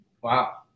Wow